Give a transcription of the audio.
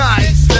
Nice